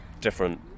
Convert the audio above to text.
different